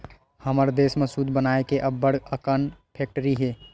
हमर देस म सूत बनाए के अब्बड़ अकन फेकटरी हे